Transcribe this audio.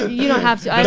you don't have to.